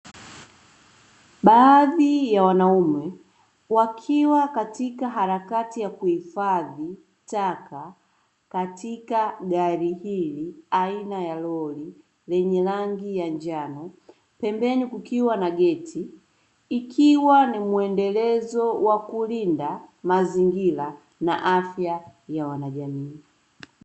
Baadhi ya wanaume wakiwa katika harakati ya kuihifadhi taka katika gari hili aina ya lori lenye rangi ya njano, pembeni kukiwa na geti ikiwa ni mwendelezo wa kulinda mazingira na afya ya wanajamii.